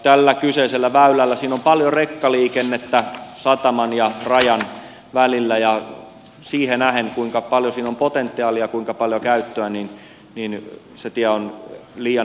tällä kyseisellä väylällä on paljon rekkaliikennettä sataman ja rajan välillä ja siihen nähden kuinka paljon siinä on potentiaalia ja kuinka paljon käyttöä se tie on liian huonossa kunnossa